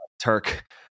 Turk